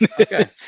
Okay